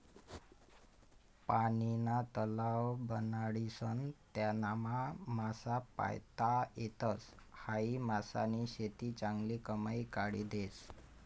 पानीना तलाव बनाडीसन त्यानामा मासा पायता येतस, हायी मासानी शेती चांगली कमाई काढी देस